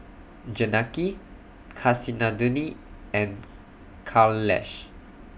Janaki Kasinadhuni and Kailash